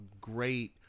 great